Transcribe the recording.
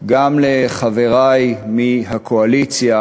גם לחברי מהקואליציה,